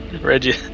Reggie